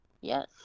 Yes